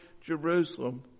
Jerusalem